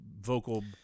vocal